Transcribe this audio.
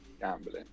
gambling